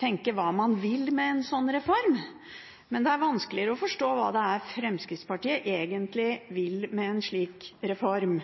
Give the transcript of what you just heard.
tenke på hva man vil med en sånn reform. Men det er vanskeligere å forstå hva det er Fremskrittspartiet egentlig vil med en slik reform,